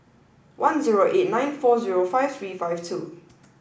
one zero eight nine four zero five three five two